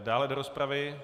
Dále do rozpravy?